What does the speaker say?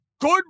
good